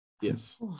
yes